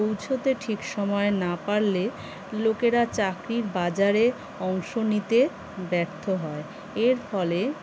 পৌঁছোতে ঠিক সময়ে না পারলে লোকেরা চাকরির বাজারে অংশ নিতে ব্যর্থ হয় এর ফলে